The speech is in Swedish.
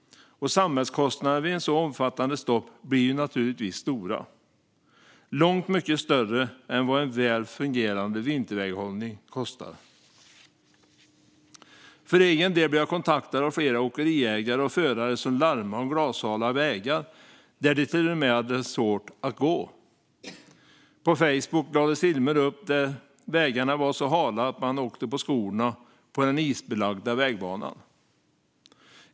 Samhällskostnaderna vid så omfattande stopp blir naturligtvis stora, långt mycket större än kostnaderna för väl fungerande vinterväghållning. För egen del blev jag kontaktad av flera åkeriägare och förare som larmade om glashala vägar där det till och med var svårt att gå. På Facebook lades filmer upp på vägar som var så hala att man kunde åka på skorna på den isbelagda vägbanan.